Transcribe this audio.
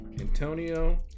Antonio